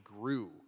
grew